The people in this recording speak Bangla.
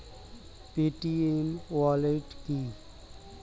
পেটিএম ওয়ালেট কি?